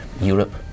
Europe